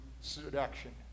seduction